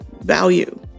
value